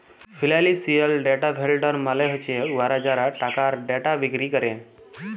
financial data vendor মালে হছে উয়ারা যারা টাকার ডেটা বিক্কিরি ক্যরে